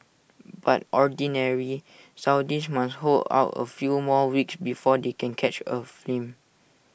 but Ordinary Saudis must hold out A few more which before they can catch A film